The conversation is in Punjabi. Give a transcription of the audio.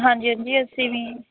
ਹਾਂਜੀ ਹਾਂਜੀ ਅਸੀਂ ਵੀ